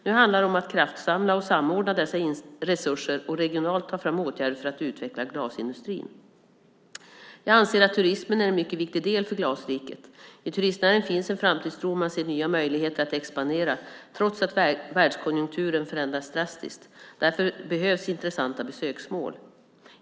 Nu handlar det om att kraftsamla och samordna dessa resurser och regionalt ta fram åtgärder för att utveckla glasindustrin. Jag anser att turismen är en mycket viktig del för Glasriket. I turistnäringen finns en framtidstro och man ser nya möjligheter att expandera trots att världskonjunkturen förändrats drastiskt. Därför behövs intressanta besöksmål.